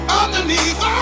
underneath